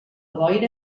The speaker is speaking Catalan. boira